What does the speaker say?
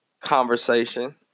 Conversation